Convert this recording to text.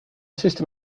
system